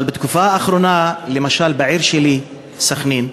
אבל בתקופה האחרונה, למשל, בעיר שלי, סח'נין,